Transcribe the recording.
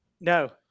No